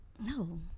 No